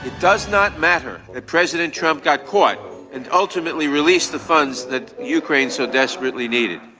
does not matter that president trump got caught and ultimately released the funds that ukraine so desperately needed.